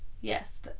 Yes